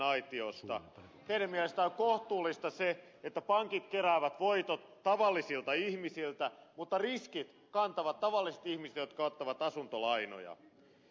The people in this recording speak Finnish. teidän mielestänne on kohtuullista se että pankit keräävät voitot tavallisilta ihmisiltä mutta riskit kantavat tavalliset ihmiset jotka ottavat asuntolainoja